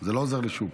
זה לא עוזר לי שהוא פה.